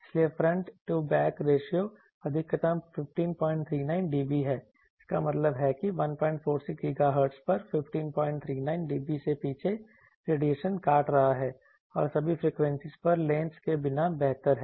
इसलिए front to back ratio अधिकतम 1539 dB है इसका मतलब है कि यह 146 GHz पर 1539 dB से पीछे रेडिएशन काट रहा है और सभी फ्रीक्वेंसीज पर लेंस के बिना बेहतर है